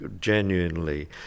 genuinely